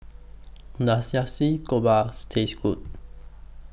Does Taste Good